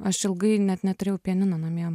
aš ilgai net neturėjau pianino namie